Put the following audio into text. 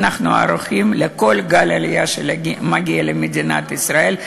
שאנחנו ערוכים לכל גל עלייה שיגיע למדינת ישראל.